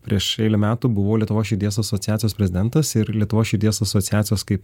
prieš eilę metų buvau lietuvos širdies asociacijos prezidentas ir lietuvos širdies asociacijos kaip